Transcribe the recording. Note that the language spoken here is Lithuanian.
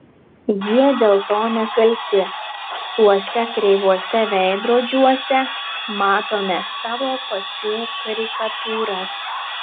jie dėl to nekalti tuose kreivuose veidrodžiuose matome savo pačių karikatūras